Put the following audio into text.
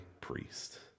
priest